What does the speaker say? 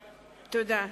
תודה.